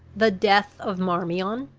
the death of marmion,